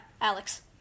Alex